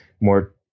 more